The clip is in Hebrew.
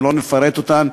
ולא נפרט אותן,